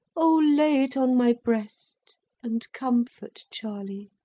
o lay it on my breast and comfort charley!